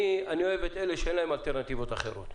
אני אוהב את אלו שאין להם אלטרנטיבות אחרות,